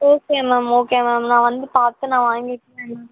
okay ma'am okay ma'am நான் வந்து பார்த்து நான் வாங்கிக்கிறேன் மேம்